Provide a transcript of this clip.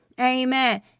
Amen